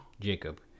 Jacob